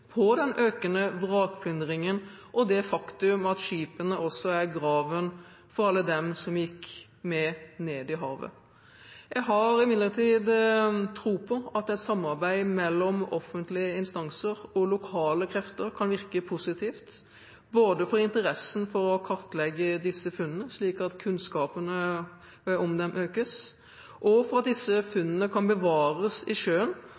på den økende vrakplyndringen og det faktum at skipene også er graven til alle dem som gikk med ned i havet. Jeg har imidlertid tro på at et samarbeid mellom offentlige instanser og lokale krefter kan virke positivt, både for interessen for å kartlegge disse funnene slik at kunnskapen om dem økes, og for at disse funnene kan bevares i sjøen